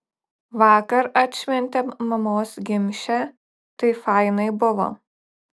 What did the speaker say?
vakar atšventėm mamos gimšę tai fainai buvo